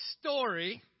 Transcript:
story